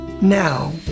Now